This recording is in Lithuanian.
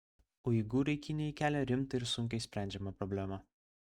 uigūrai kinijai kelia rimtą ir sunkiai sprendžiamą problemą